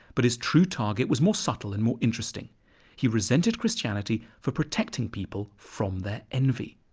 but his true target was more subtle and more interesting he resented christianity for protecting people from their envy.